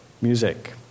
music